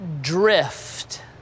drift